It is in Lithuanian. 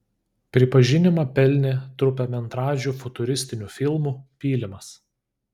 pripažinimą pelnė trumpametražiu futuristiniu filmu pylimas